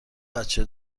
بچه